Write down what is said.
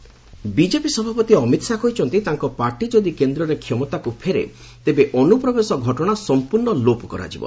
Bengal Shah BJP ସଭାପତି ଅମିତ୍ ଶାହା କହିଛନ୍ତି ତାଙ୍କ ପାର୍ଟି ଯଦି କେନ୍ଦ୍ରରେ କ୍ଷମତାକୁ ଫେରେ ତେବେ ଅନ୍ତ୍ରପ୍ରବେଶ ଘଟଣା ସମ୍ପର୍ଷ୍ଣ ଲୋପ କରାଯିବ